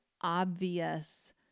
obvious